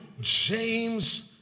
James